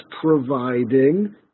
providing